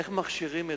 איך מכשירים?